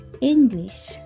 English